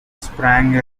sprang